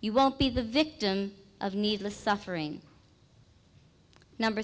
you won't be the victim of needless suffering number